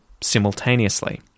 simultaneously